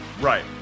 Right